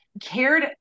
cared